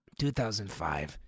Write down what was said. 2005